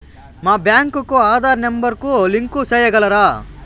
మా బ్యాంకు కు ఆధార్ నెంబర్ కు లింకు సేయగలరా?